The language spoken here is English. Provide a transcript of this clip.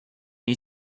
you